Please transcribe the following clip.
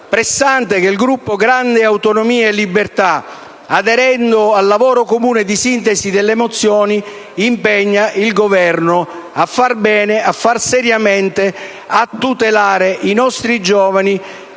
pressante che il Gruppo Grandi Autonomie e Libertà, aderendo al lavoro comune di sintesi delle mozioni, chiede di impegnare il Governo a far bene, a far seriamente, a tutelare i nostri giovani,